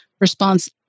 response